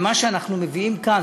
במה שאנחנו מביאים כאן,